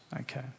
Okay